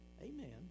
Amen